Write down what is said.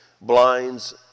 blinds